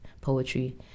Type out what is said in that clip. poetry